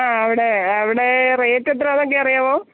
ആ അവിടെ അവിടെ റേറ്റ് എത്രയാണെന്നൊക്കെ അറിയാമോ